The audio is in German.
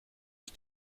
ich